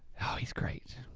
oh he's great.